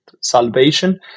salvation